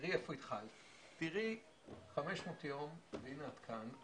תראי איפה התחלת, תראי 500 יום והנה את כאן.